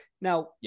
Now